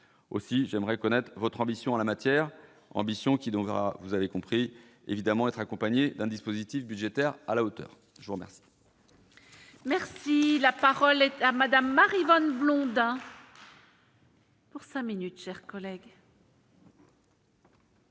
aussi, j'aimerais connaître votre ambition en la matière, ambition qui donc vous avez compris évidemment être accompagnée d'un dispositif budgétaire à la hauteur, je vous remercie. Merci, la parole est à Madame Maryvonne Blondin. Pour 5 minutes chers collègues.